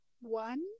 One